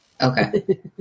Okay